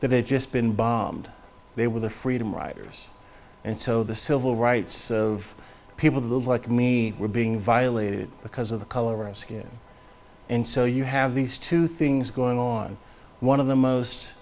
had just been bombed they were the freedom riders and so the civil rights of people who live like me were being violated because of the color of skin and so you have these two things going on one of the most